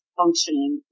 functioning